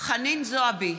חנין זועבי,